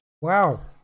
Wow